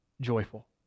joyful